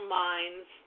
minds